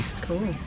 Cool